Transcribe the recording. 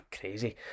crazy